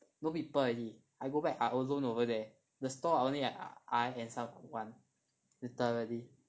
no people already I go back I alone over there the store only I and someone literally